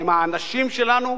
הם האנשים שלנו,